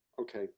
Okay